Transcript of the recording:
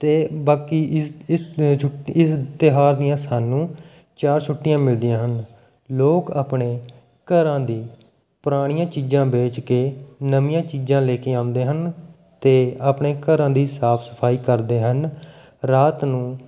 ਅਤੇ ਬਾਕੀ ਇਸ ਛੁੱਟ ਇਸ ਤਿਉਹਾਰ ਦੀਆਂ ਸਾਨੂੰ ਚਾਰ ਛੁੱਟੀਆਂ ਮਿਲਦੀਆਂ ਹਨ ਲੋਕ ਆਪਣੇ ਘਰਾਂ ਦੀ ਪੁਰਾਣੀਆਂ ਚੀਜਾਂ ਵੇਚ ਕੇ ਨਵੀਆਂ ਚੀਜਾਂ ਲੈ ਕੇ ਆਉਂਦੇ ਹਨ ਅਤੇ ਆਪਣੇ ਘਰਾਂ ਦੀ ਸਾਫ ਸਫ਼ਾਈ ਕਰਦੇ ਹਨ ਰਾਤ ਨੂੰ